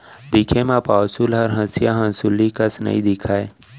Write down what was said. दिखे म पौंसुल हर हँसिया हँसुली कस नइ दिखय